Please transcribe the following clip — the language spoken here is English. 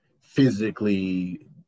physically